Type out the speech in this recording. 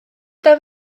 ddod